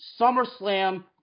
SummerSlam